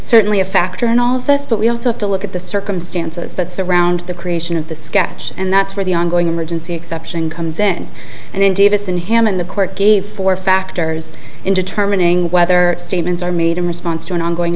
certainly a factor in all of this but we also have to look at the circumstances that surround the creation of the sketch and that's where the ongoing emergency exception comes in and then davis and him in the court gave four factors in determining whether statements are made in response to an ongoing